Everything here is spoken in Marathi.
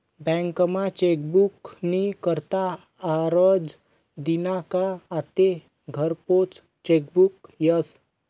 बँकमा चेकबुक नी करता आरजं दिना का आते घरपोच चेकबुक यस